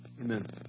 Amen